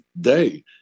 day